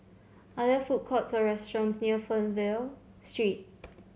are there food courts or restaurants near Fernvale Street